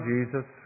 Jesus